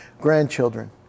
grandchildren